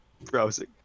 browsing